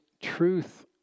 truth